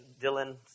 Dylan